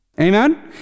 Amen